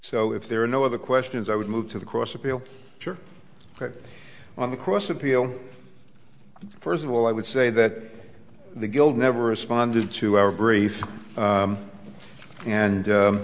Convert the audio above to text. so if there were no other questions i would move to the cross appeal put on the cross appeal first of all i would say that the guild never responded to our brief and u